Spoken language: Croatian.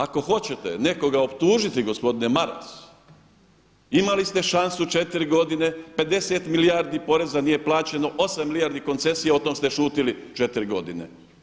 Ako hoćete nekoga optužiti gospodine Maras, imali ste šansu četiri godine, 50 milijardi poreza nije plaćeno, 8 milijardi koncesija o tome šutili 4 godine.